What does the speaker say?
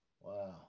wow